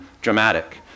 dramatic